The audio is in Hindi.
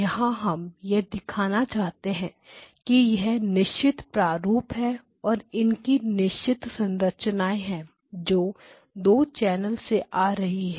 यहां हम यह दिखाना चाहते हैं कि यह निश्चित प्रारूप है और इनकी निश्चित संरचनाएं हैं जो 2 चैनल से आ रही है